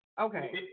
okay